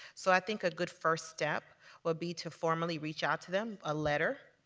so i think a good first step would be to formally reach out to them. a letter,